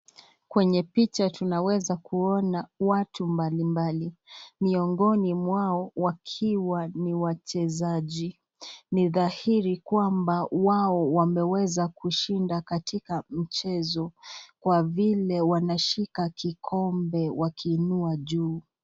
Kwenye picha tunaweza kuona watu mbalimbali, miongoni mwao, wakiwa ni wachezaji ni dhahiri kwamba wao wameweza kushinda katika mchezo, kwa vile wanashika kikombe wakinua juu.